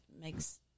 makes